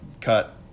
cut